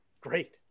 Great